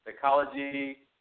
psychology